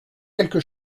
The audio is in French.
quelque